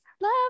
Love